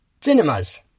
Cinemas